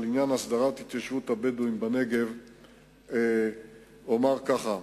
על עניין הסדרת התיישבות הבדואים בנגב אומר כך: